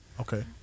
Okay